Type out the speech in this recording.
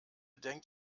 denkt